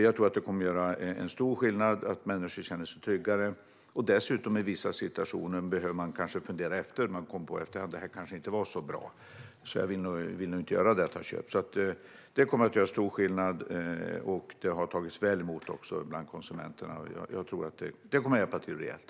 Jag tror att det kommer att göra stor skillnad och få människor att känna sig tryggare. I vissa situationer behöver man dessutom kanske fundera efteråt; man kanske i efterhand kommer på att det inte var så bra och att man inte vill göra köpet. Detta kommer alltså att göra stor skillnad. Det har tagits väl emot av konsumenterna, och jag tror att det kommer att hjälpa till rejält.